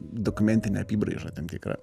dokumentinę apybraižą tam tikrą